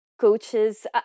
coaches